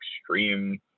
extreme